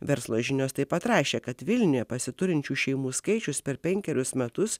verslo žinios taip pat rašė kad vilniuje pasiturinčių šeimų skaičius per penkerius metus